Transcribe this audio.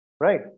right